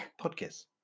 Podcast